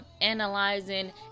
analyzing